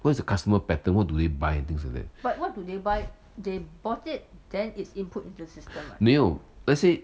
what's the customer pattern what do they buy and things like that 没有 let's say